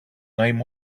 name